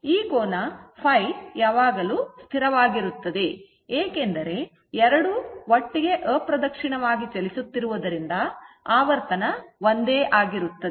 ಈ ಕೋನ ϕ ಯಾವಾಗಲೂ ಸ್ಥಿರವಾಗಿರುತ್ತದೆ ಏಕೆಂದರೆ ಎರಡೂ ಒಟ್ಟಿಗೆ ಅಪ್ರದಕ್ಷಿಣವಾಗಿ ಚಲಿಸುತ್ತಿರುವುದರಿಂದ ಆವರ್ತನ ಒಂದೇ ಆಗಿರುತ್ತದೆ